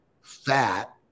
fat